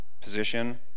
position